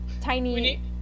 tiny